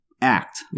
act